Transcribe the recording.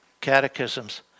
catechisms